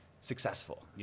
successful